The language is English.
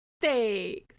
Thanks